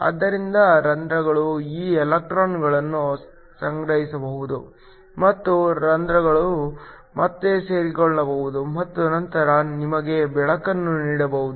ಆದ್ದರಿಂದ ಹೋಲ್ ಗಳು ಈ ಎಲೆಕ್ಟ್ರಾನ್ಗಳನ್ನು ಸಂಗ್ರಹಿಸಬಹುದು ಮತ್ತು ಹೋಲ್ ಗಳು ಮತ್ತೆ ಸೇರಿಕೊಳ್ಳಬಹುದು ಮತ್ತು ನಂತರ ನಿಮಗೆ ಬೆಳಕನ್ನು ನೀಡಬಹುದು